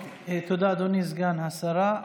תודה, אדוני סגן השרה.